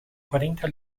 quarenta